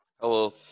Hello